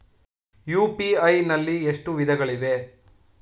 UPI ನಲ್ಲಿ ಎಷ್ಟು ವಿಧಗಳಿವೆ?